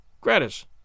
gratis